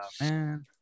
man